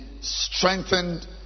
strengthened